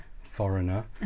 foreigner